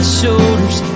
shoulders